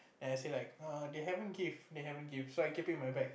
then I say like err they haven't give they haven't give so I keep it in my bag